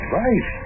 right